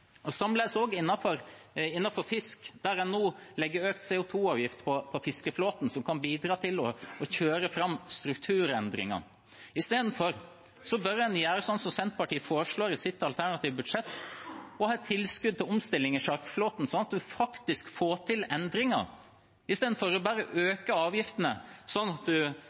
utslipp, istedenfor det motsatte. Likeens innenfor fisk, der en nå legger økt CO2-avgift på fiskeflåten, som kan bidra til å kjøre fram strukturendringer. En bør gjøre sånn som Senterpartiet foreslår i sitt alternative budsjett, ha et tilskudd til omstilling i sjarkflåten, sånn at en faktisk får til endringer, istedenfor bare å øke avgiftene,